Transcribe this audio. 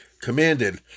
commanded